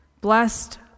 Blessed